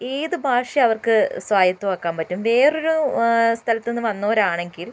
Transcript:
ഏത് ഭാഷയും അവർക്ക് സ്വായത്തമാക്കാൻ പറ്റും വേറൊരു സ്ഥലത്തുന്ന് വന്നൊരാണെങ്കിൽ